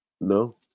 no